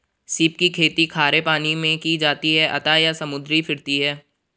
सीप की खेती खारे पानी मैं की जाती है अतः यह समुद्री फिरती है